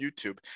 YouTube